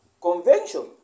Convention